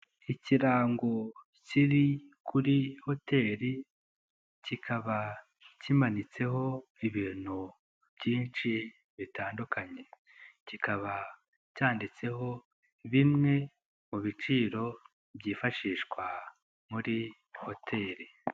Ikirango kiri kuri hoteri kikaba kimanitseho ibintu byinshi bitandukanye, kikaba cyanditseho bimwe mu biciro byifashishwa muri hoteri.